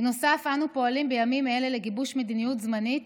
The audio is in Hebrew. בנוסף אנו פועלים בימים אלה לגיבוש מדיניות זמנית